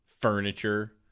Furniture